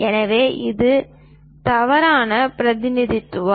எனவே இது தவறான பிரதிநிதித்துவம்